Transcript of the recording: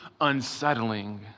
unsettling